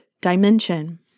dimension